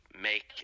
make